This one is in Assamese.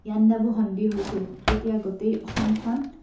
ইয়াণ্ডাবু সন্ধি হৈছিল তেতিয়া গোটেই অসমখন